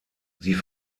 sie